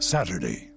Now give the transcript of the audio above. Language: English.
Saturday